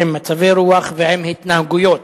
עם מצבי רוח ועם התנהגויות,